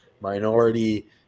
minority